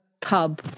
pub